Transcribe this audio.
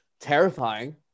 terrifying